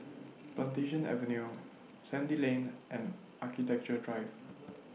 Plantation Avenue Sandy Lane and Architecture Drive